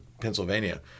Pennsylvania